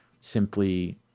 simply